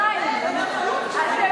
רק מן העניין,